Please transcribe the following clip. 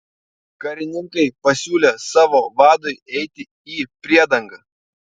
karininkai pasiūlė savo vadui eiti į priedangą